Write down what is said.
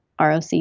ROC